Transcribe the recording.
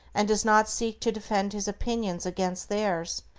and does not seek to defend his opinions against theirs,